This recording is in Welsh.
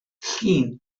llun